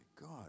God